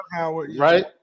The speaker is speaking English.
Right